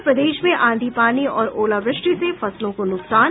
और प्रदेश में आंधी पानी और ओलावृष्टि से फसलों को नुकसान